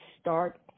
start